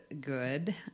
good